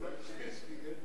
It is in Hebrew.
אני העד הכי טוב.